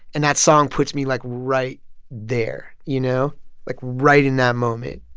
and that song puts me, like, right there, you know like, right in that moment.